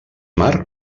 mar